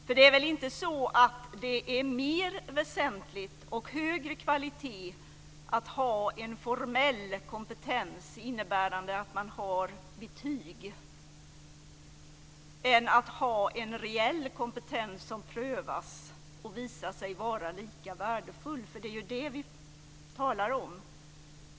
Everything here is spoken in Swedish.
För det är väl inte så att det är mer väsentligt, och högre kvalitet, att ha en formell kompetens innebärande att man har betyg än att ha en reell kompetens som prövas och visar sig vara lika värdefull? Det är ju det som vi talar om.